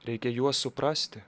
reikia juos suprasti